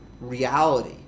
reality